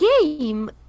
game